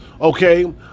Okay